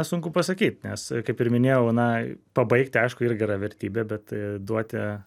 sunku pasakyt nes kaip ir minėjau na pabaigti aišku irgi yra vertybė bet duoti